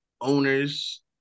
owners